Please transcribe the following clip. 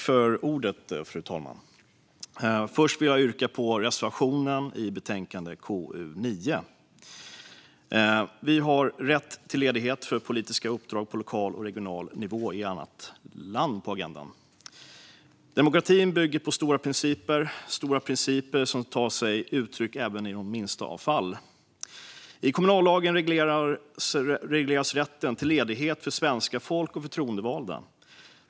Fru talman! Jag vill börja med att yrka bifall till reservationen i KU9. Vi har ärendet Rätt till ledighet för politiska uppdrag på lokal och re gional nivå i ett annat land på agendan nu. Demokratin bygger på stora principer, stora principer som tar sig uttryck även i de minsta fallen. I kommunallagen regleras rätten till ledighet för svenska folk och förtroendevalda.